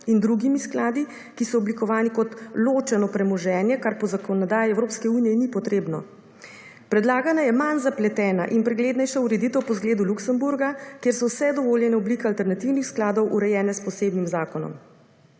in drugimi skladi, ki so oblikovani kot ločeno premoženje, kar po zakonodaji Evropske unije ni potrebno. Predlagana je manj zapletena in preglednejša ureditev po zgledu Luksemburga, kjer so vse dovoljene oblike alternativnih skladov urejene s posebnim zakonom.